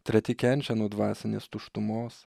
treti kenčia nuo dvasinės tuštumos